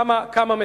כמה מצער.